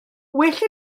well